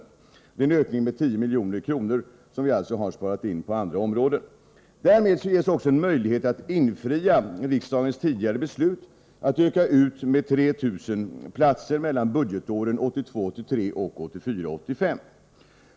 Det innebär en anslagsökning med 10 milj.kr., som vi sparat in på andra områden. Därmed ges också en möjlighet att infria riksdagens tidigare beslut att utöka utbildningskapaciteten med 3 000 platser mellan budgetåren 1982 85.